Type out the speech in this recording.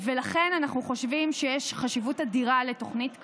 ולכן אנחנו חושבים שיש חשיבות אדירה לתוכנית כזו.